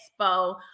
Expo